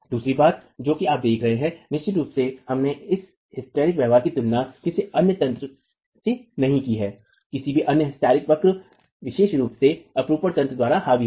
दूसरी बात जो आप देख रहे हैं निश्चित रूप से हमने इस हिस्टैरिक व्यवहार की तुलना किसी अन्य तंत्र से नहीं की है किसी भी अन्य हिस्टैरिकेटिक वक्र विशेष रूप से अपरूपण तंत्र द्वारा हावी है